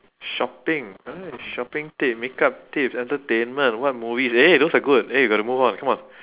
shopping right shopping tip makeup tip entertainment what movies eh those are good eh we got to move on come on